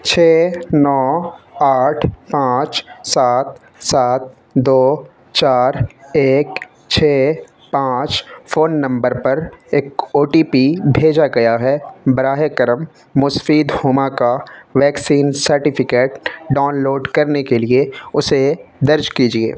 چھ نو آٹھ پانچ سات سات دو چار ایک چھ پانچ فون نمبر پر ایک او ٹی پی بھیجا گیا ہے براہ کرم مسفید ہما کا ویکسین سرٹیفکیٹ ڈاؤنلوڈ کرنے کے لیے اسے درج کیجیے